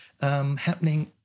happening